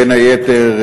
בין היתר,